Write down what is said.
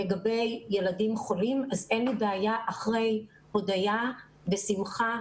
לגבי ילדים חולים אז אין לי בעיה אחרי הודיה בשמחה,